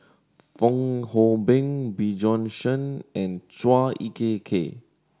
Fong Hoe Beng Bjorn Shen and Chua Ek Kay